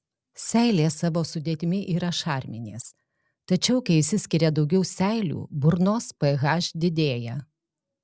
seilės savo sudėtimi yra šarminės tačiau kai išsiskiria daugiau seilių burnos ph didėja